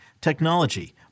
technology